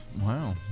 Wow